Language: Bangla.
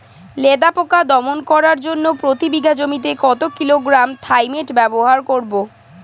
লেদা পোকা দমন করার জন্য প্রতি বিঘা জমিতে কত কিলোগ্রাম থাইমেট ব্যবহার করব?